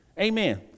Amen